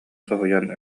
соһуйан